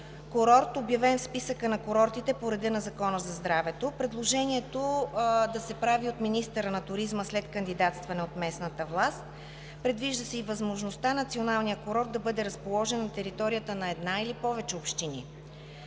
курорт, обявен в списъка на курортите по реда на Закона за здравето. Предложението да се прави от министъра на туризма след кандидатстване от местната власт. Предвижда се и възможността националният курорт да бъде разположен на територията на една или повече общини.